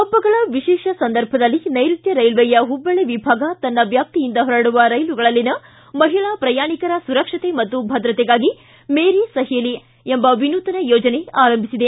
ಹಬ್ಬಗಳ ವಿಶೇಷ ಸಂದರ್ಭದಲ್ಲಿ ನೈರುತ್ಯ ರೈಲ್ವೆಯ ಹುಬ್ಬಳ್ಳಿ ವಿಭಾಗ ತನ್ನ ವ್ಯಾಪ್ತಿಯಿಂದ ಹೊರಡುವ ರೈಲುಗಳಲ್ಲಿನ ಮಹಿಳಾ ಪ್ರಯಾಣಿಕರ ಸುರಕ್ಷತೆ ಮತ್ತು ಭದ್ರತೆಗಾಗಿ ಮೇರೀ ಸಹೇಲಿ ಎಂಬ ವಿನೂತನ ಯೋಜನೆ ಆರಂಭಿಸಿದೆ